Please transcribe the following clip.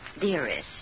Dearest